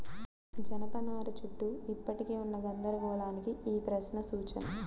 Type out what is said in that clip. జనపనార చుట్టూ ఇప్పటికీ ఉన్న గందరగోళానికి ఈ ప్రశ్న సూచన